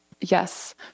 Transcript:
yes